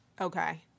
Okay